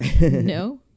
No